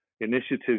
initiatives